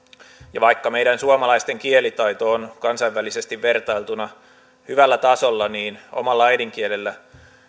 ja vaikka meidän suomalaisten kielitaito on kansainvälisesti vertailtuna hyvällä tasolla niin omalla äidinkielellä